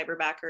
cyberbacker